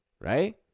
right